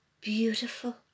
beautiful